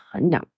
No